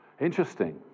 Interesting